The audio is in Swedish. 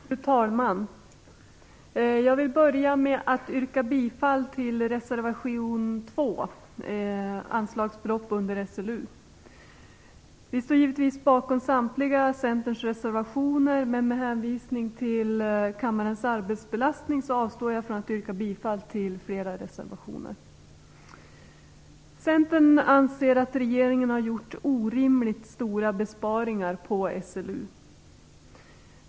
Fru talman! Jag vill börja med att yrka bifall till reservation 2, Anslagsbelopp under Sveriges lantbruksuniversitet. Vi står givetvis bakom samtliga Centerns reservationer, men med hänvisning till kammarens arbetsbelastning avstår jag från att yrka bifall till flera reservationer. Centern anser att regeringen har gjort orimligt stora besparingar på SLU.